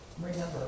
Remember